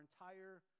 entire